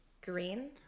green